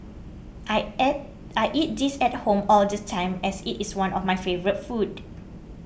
I eat this at home all the time as it is one of my favourite foods